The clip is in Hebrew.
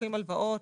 לוקחים הלוואות,